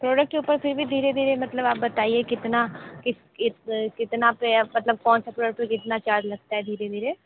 product के ऊपर फिर भी धीरे धीरे मतलब आप बताइये कितना कितना पर मतलब कौन से प्रोडक्ट पर कितना चार्ज लगता है धीरे धीरे